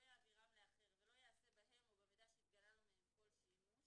לא יעבירם לאחר ולא יעשה בהם או במידע שהתגלה לו מהם כל שימוש,